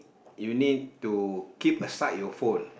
you need to keep aside your phone